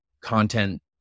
content